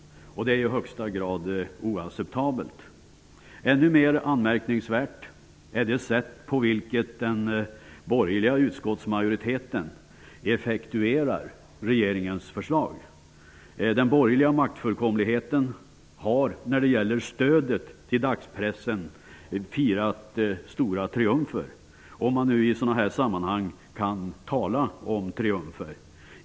Det är i högsta grad oacceptabelt. Ännu mer anmärkningsvärt är det sätt på vilket den borgerliga utskottsmajoriteten effektuerar regeringens förslag. Den borgerliga maktfullkomligheten har när det gäller stödet till dagspressen firat stora triumfer, om man nu i sådana här sammanhang kan tala om triumfer.